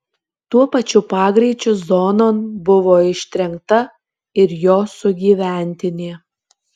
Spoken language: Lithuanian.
tuo pačiu pagreičiu zonon buvo ištrenkta ir jo sugyventinė